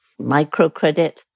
microcredit